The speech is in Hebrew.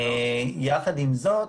יחד עם זאת,